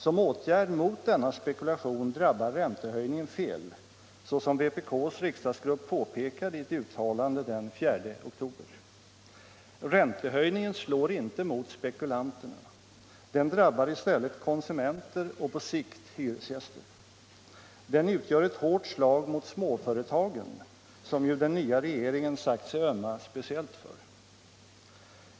Som åtgärd mot denna spekulation drabbar räntehöjningen fel, såsom vpk:s riksdagsgrupp påpekade i ett uttalande den 4 oktober. Räntehöjningen slår inte mot spekulanterna. Den drabbar i stället konsumenter och på sikt hyresgäster. Den utgör ett hårt slag mot småföretagen, som ju den nya regeringen sagt sig ömma speciellt för.